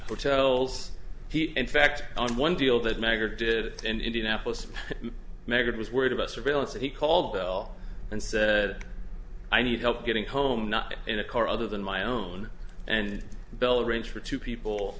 hotels in fact on one deal that mager did in indianapolis maggard was worried about surveillance and he called bill and said i need help getting home not in a car other than my own and bill arrange for two people